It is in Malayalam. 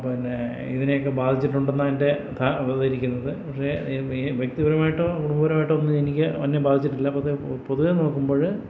പിന്നെ ഇതിനെയൊക്ക ബാധിച്ചിട്ടുണ്ടെന്നതിൻ്റെതാ അവതരിക്കുന്നത് പക്ഷെ ഈ വ്യക്തിപരമായിട്ടോ കുടുംബപരമായിട്ടോ ഒന്നും എനിക്ക് എന്നെ ബാധിച്ചിട്ടില്ല പൊതുവെ നോക്കുമ്പോൾ